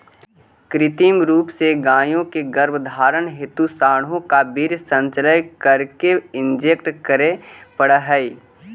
कृत्रिम रूप से गायों के गर्भधारण हेतु साँडों का वीर्य संचय करके इंजेक्ट करे पड़ हई